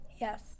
Yes